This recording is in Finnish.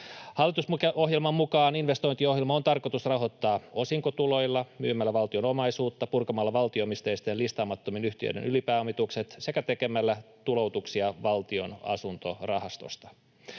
Hallitusohjelman mukaan investointiohjelma on tarkoitus rahoittaa osinkotuloilla, myymällä valtion omaisuutta, purkamalla valtio-omisteisten listaamattomien yhtiöiden ylipääomitukset sekä tekemällä tuloutuksia Valtion asuntorahastosta.